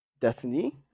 Destiny